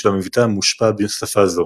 והמבטא מושפע משפה זו.